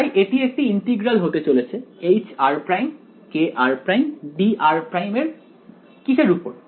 তাই এটি একটি ইন্টিগ্রাল হতে চলেছে hr′kr′dr′ এর কিসের উপর